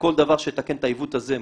כל דבר שיתקן את העיוות הזה מקובל,